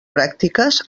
pràctiques